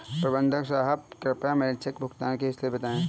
प्रबंधक साहब कृपया मेरे चेक भुगतान की स्थिति बताएं